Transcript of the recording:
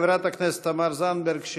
חברת הכנסת תמר זנדברג,